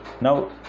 Now